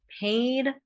paid